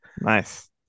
nice